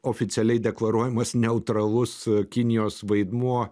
oficialiai deklaruojamas neutralus kinijos vaidmuo